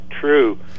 true